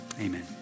amen